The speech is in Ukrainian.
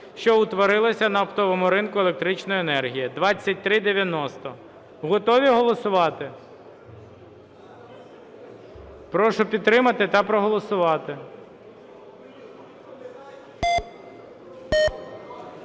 що утворилася на оптовому ринку електричної енергії) 2390. Готові голосувати? Прошу підтримати та проголосувати.